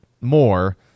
more